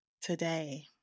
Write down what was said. today